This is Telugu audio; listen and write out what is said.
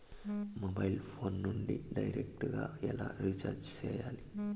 మొబైల్ ఫోను నుండి డైరెక్టు గా ఎలా రీచార్జి సేయాలి